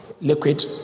liquid